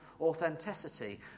authenticity